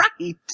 right